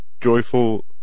Joyful